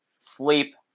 sleep